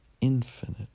infinite